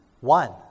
One